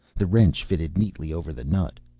the wrench fitted neatly over the nut,